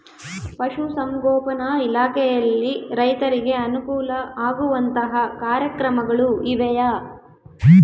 ಪಶುಸಂಗೋಪನಾ ಇಲಾಖೆಯಲ್ಲಿ ರೈತರಿಗೆ ಅನುಕೂಲ ಆಗುವಂತಹ ಕಾರ್ಯಕ್ರಮಗಳು ಇವೆಯಾ?